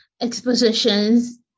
expositions